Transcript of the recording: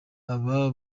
aba